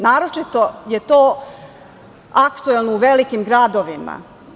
Naročito je aktuelno u velikim gradovima.